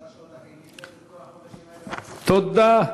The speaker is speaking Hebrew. תודה,